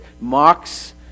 mocks